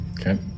Okay